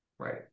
Right